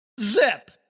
Zip